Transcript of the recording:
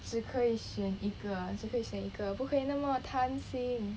只可以选一个只可以选一个不可以那么贪心